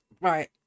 right